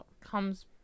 comes